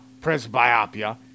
presbyopia